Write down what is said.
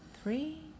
Three